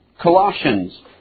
Colossians